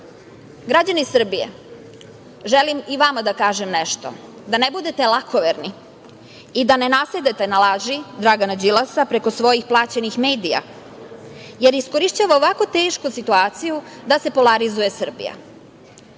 mere. Građani Srbije, želim i vama da kažem nešto, da ne budete lakoverni i da ne nasedate na laži Dragana Đilasa preko svojih plaćenih medija, jer iskorišćava i ovako tešku situaciju da se polarizuje Srbija. Nama